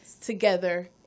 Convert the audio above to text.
together